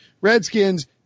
Redskins